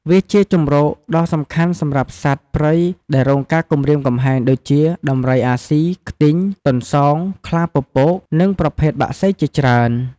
វាជាជម្រកដ៏សំខាន់សម្រាប់សត្វព្រៃដែលរងការគំរាមកំហែងដូចជា ដំរីអាស៊ី ខ្ទីង ទន្សោង ខ្លាពពក និងប្រភេទបក្សីជាច្រើន។